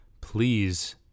please